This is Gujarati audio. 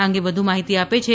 આ અંગે વધુ માહિતી આપે છે